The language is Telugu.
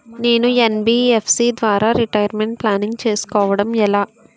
నేను యన్.బి.ఎఫ్.సి ద్వారా రిటైర్మెంట్ ప్లానింగ్ చేసుకోవడం ఎలా?